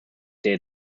day